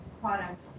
product